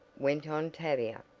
went on tavia.